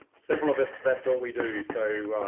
several of us that's all we do. so